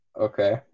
Okay